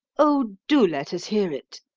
oh! do let us hear it,